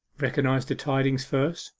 recognized the tidings first,